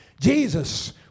jesus